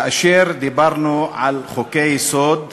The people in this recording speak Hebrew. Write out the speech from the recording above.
כאשר דיברנו על חוקי-יסוד,